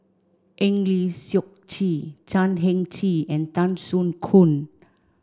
Eng Lee Seok Chee Chan Heng Chee and Tan Soo Khoon